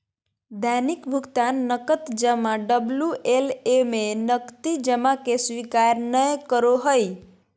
दैनिक भुकतान नकद जमा डबल्यू.एल.ए में नकदी जमा के स्वीकार नय करो हइ